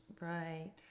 Right